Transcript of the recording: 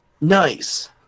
nice